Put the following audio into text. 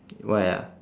why ah